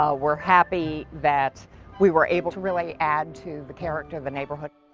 um we're happy that we were able to really add to the character of the neighborhood.